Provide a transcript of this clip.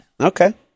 Okay